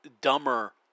dumber